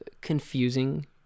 confusing